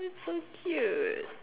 that's so cute